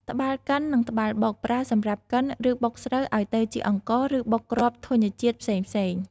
ត្បាល់កិន និងត្បាល់បុក ប្រើសម្រាប់កិន ឬបុកស្រូវឲ្យទៅជាអង្ករ ឬបុកគ្រាប់ធញ្ញជាតិផ្សេងៗ។